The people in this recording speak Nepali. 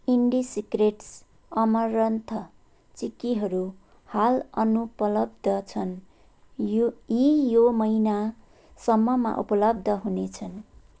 इन्डिसिक्रेट्स अमरन्थ चिक्कीहरू हाल अनुपलब्ध छन् यो यी यो महिनासम्ममा उपलब्ध हुनेछन्